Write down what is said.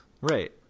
Right